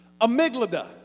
amygdala